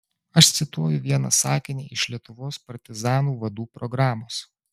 aš cituoju vieną sakinį iš lietuvos partizanų vadų programos